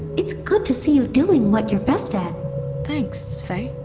it's good to see you doing what you're best at thanks, faye,